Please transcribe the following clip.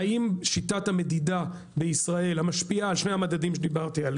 האם שיטת המדידה בישראל המשפיעה על שני המדדים שדיברתי עליהם,